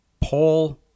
Paul